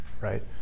right